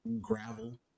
gravel